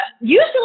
usually